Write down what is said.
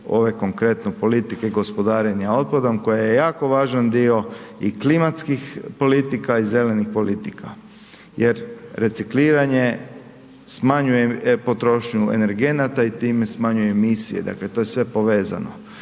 ove konkretno politike gospodarenja otpadom koja je jako važan dio i klimatskih politika i zelenih politika jer recikliranje smanjuje potrošnju energenata i time smanjuje emisije, dakle to je sve povezano